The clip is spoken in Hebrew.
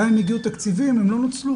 גם אם הגיעו תקציבים הם לא נוצלו,